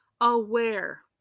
aware